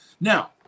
Now